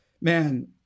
Man